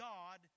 God